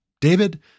David